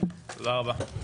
תודה רבה.